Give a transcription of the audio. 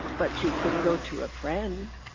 but you could go to a friend,